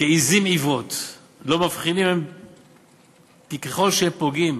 כעזים עיוורות לא מבחינים הם כי ככל שהם פוגעים